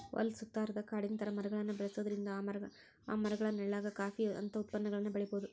ಹೊಲದ ಸುತ್ತಾರಾದ ಕಾಡಿನ ತರ ಮರಗಳನ್ನ ಬೆಳ್ಸೋದ್ರಿಂದ ಆ ಮರಗಳ ನೆಳ್ಳಾಗ ಕಾಫಿ ಅಂತ ಉತ್ಪನ್ನಗಳನ್ನ ಬೆಳಿಬೊದು